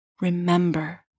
remember